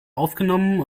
aufgenommen